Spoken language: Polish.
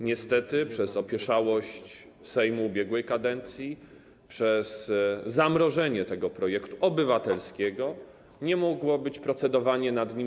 Niestety przez opieszałość Sejmu ubiegłej kadencji, przez zamrożenie tego projektu obywatelskiego, nie mogło być dokończone procedowanie nad nim.